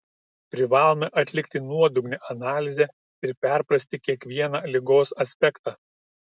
privalome atlikti nuodugnią analizę ir perprasti kiekvieną ligos aspektą